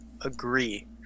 agree